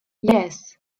yes